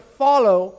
follow